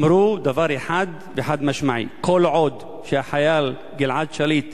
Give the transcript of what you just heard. אמרו דבר אחד וחד-משמעי: כל עוד החייל גלעד שליט